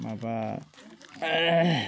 माबा